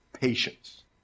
Patience